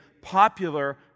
popular